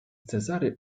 cezary